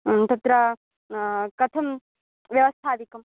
ह्म् तत्र कथं व्यवस्थादिकं